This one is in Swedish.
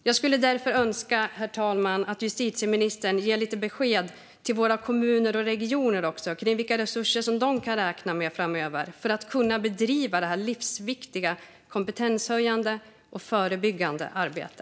Jag skulle därför önska, herr talman, att justitieministern ger besked till kommuner och regioner om vilka resurser de kan räkna med framöver för att kunna bedriva detta livsviktiga kompetenshöjande och förebyggande arbete.